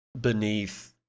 beneath